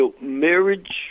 Marriage